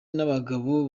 n’abagabo